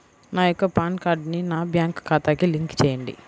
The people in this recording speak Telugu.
నా యొక్క పాన్ కార్డ్ని నా బ్యాంక్ ఖాతాకి లింక్ చెయ్యండి?